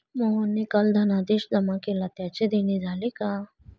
मोहनने काल धनादेश जमा केला त्याचे देणे झाले का?